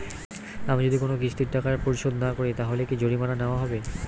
আমি যদি কোন কিস্তির টাকা পরিশোধ না করি তাহলে কি জরিমানা নেওয়া হবে?